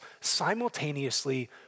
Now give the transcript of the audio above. simultaneously